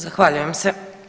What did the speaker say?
Zahvaljujem se.